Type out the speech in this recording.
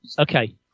Okay